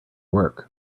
work